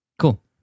Cool